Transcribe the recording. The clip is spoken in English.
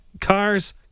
cars